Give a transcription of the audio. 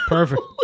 Perfect